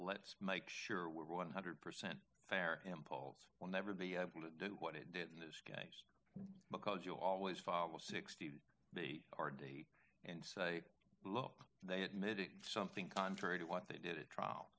let's make sure we're one hundred percent fair impulse will never be able to do what it did in this case because you always follow sixteen r d and say look they admit it something contrary to what they did it trial